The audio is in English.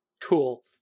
Cool